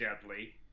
deadly